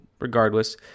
regardless